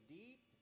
deep